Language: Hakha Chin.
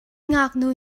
ngaknu